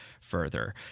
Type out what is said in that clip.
further